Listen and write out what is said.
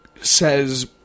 says